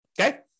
okay